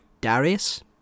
Darius